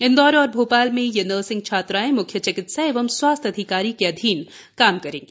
इंदौर और भोपाल में ये नर्सिंग छात्राएँ म्ख्य चिकित्सा एवं स्वास्थ्य अधिकारी के अधीन काम करेंगी